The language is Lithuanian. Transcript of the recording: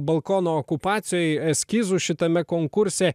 balkono okupacijoj eskizų šitame konkurse